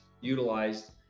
utilized